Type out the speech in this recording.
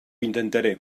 intentaré